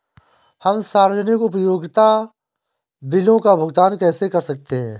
हम सार्वजनिक उपयोगिता बिलों का भुगतान कैसे कर सकते हैं?